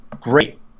great